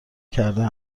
کرده